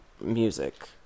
music